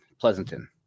Pleasanton